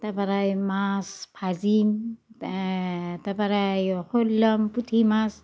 তাৰপাৰাই মাছ ভাজিম তাৰপাৰাই খুইলাম পুঠি মাছ